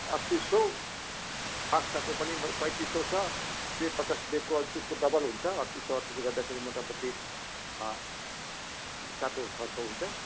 अठतिस सय बादसाहको पनि पैँतिस सय छ त्यही पचास ब्यागको त्यसको डबल हुन्छ अठतिस सय अठटिस गर्दाखेरि मोटामोटी सात हजार छ सय हुन्छ